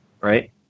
right